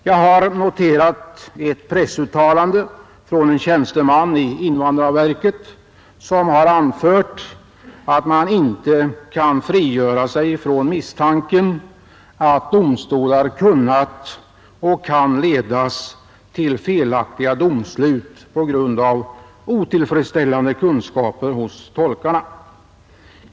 Jag har noterat ett pressuttalande från en tjänsteman i invandrarverket, som har anfört att man inte kan frigöra sig från misstanken att domstolar kunnat och kan ledas till felaktiga domslut på grund av otillfredsställande kunskaper hos tolkarna.